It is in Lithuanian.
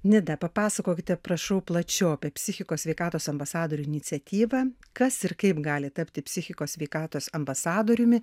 nida papasakokite prašau plačiau apie psichikos sveikatos ambasadorių iniciatyvą kas ir kaip gali tapti psichikos sveikatos ambasadoriumi